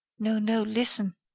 no, no, listen.